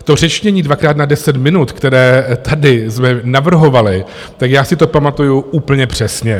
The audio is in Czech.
To řečnění dvakrát na deset minut, které jsme tady navrhovali, tak já si to pamatuju úplně přesně.